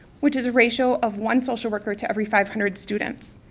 which is a ratio of one social worker to every five hundred students.